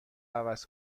عوض